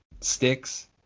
Sticks